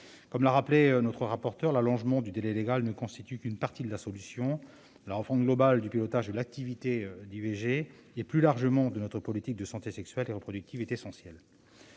Comme l'a rappelé notre rapporteure, l'allongement du délai légal ne constitue qu'une partie de la solution ; la refonte globale du pilotage de l'activité d'IVG et plus largement de notre politique de santé sexuelle et reproductive est essentielle.